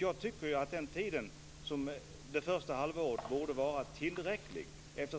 Jag tycker att det första halvåret borde vara tillräckligt. Det